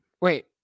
Wait